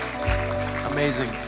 Amazing